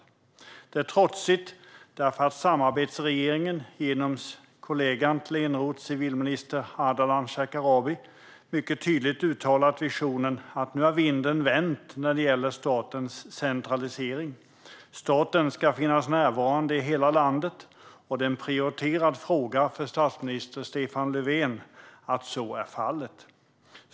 Det är trotsigt därför att samarbetsregeringen, genom Eneroths kollega civilminister Ardalan Shekarabi, mycket tydligt uttalat att nu har vinden vänt när det gäller statens centralisering. Staten ska finnas närvarande i hela landet, och det är en prioriterad fråga för statsminister Stefan Löfven att så är fallet.